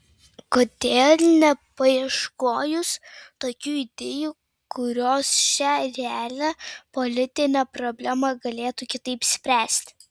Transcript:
kodėl nepaieškojus tokių idėjų kurios šią realią politinę problemą galėtų kitaip spręsti